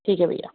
ठीक है भईया